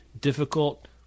difficult